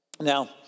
Now